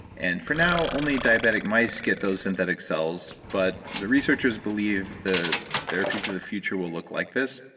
and for now, only diabetic mice get those synthetic cells, but the researchers believe the therapies of the future will look like this.